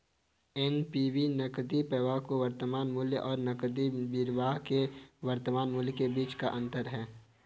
NPV नकदी प्रवाह के वर्तमान मूल्य और नकदी बहिर्वाह के वर्तमान मूल्य के बीच का अंतर है